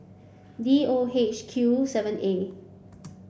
D O H Q seven A